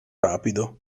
rapido